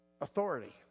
Authority